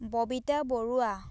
Babita Barua